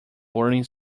boarding